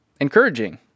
encouraging